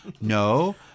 No